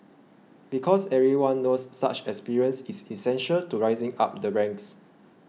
because everyone knows such experience is essential to rising up the ranks